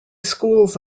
schools